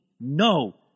No